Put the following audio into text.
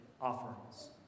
offerings